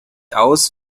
aus